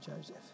Joseph